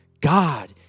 God